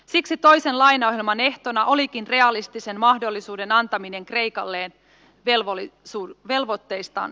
siksi toisen lainaohjelman ehtona olikin realistisen mahdollisuuden antaminen kreikalle velvoitteistaan selviytymiseksi